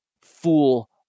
Fool